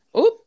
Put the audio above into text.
Oop